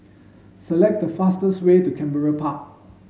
select the fastest way to Canberra Park